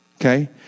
Okay